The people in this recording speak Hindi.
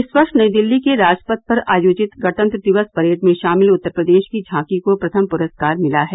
इस वर्ष नई दिल्ली के राजपथ पर आयोजित गणतंत्र दिवस परेड में शामिल उत्तर प्रदेश की झांकी को प्रथम पुरस्कार मिला है